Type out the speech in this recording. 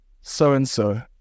so-and-so